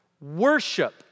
Worship